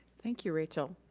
thank you, rachel.